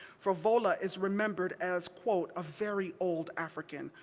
for vola is remembered, as, quote, a very old african,